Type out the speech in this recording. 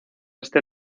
este